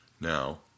Now